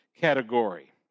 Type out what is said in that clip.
category